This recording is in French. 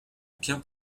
bien